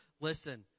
listen